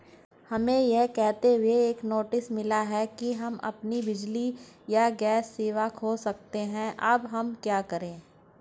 हमें यह कहते हुए एक नोटिस मिला कि हम अपनी बिजली या गैस सेवा खो सकते हैं अब हम क्या करें?